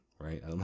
right